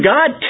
God